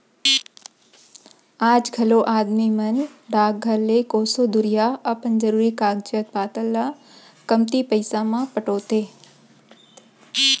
आज घलौ आदमी मन डाकघर ले कोसों दुरिहा अपन जरूरी कागज पातर ल कमती पइसा म पठोथें